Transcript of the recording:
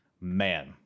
man